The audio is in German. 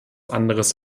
anderes